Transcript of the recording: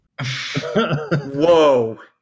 Whoa